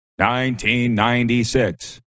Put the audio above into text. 1996